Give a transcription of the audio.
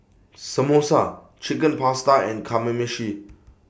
Samosa Chicken Pasta and Kamameshi